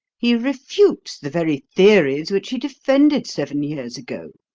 he refutes the very theories which he defended seven years ago.